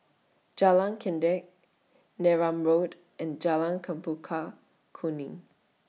Jalan Kledek Neram Road and Jalan Chempaka Kuning